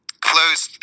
close